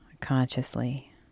consciously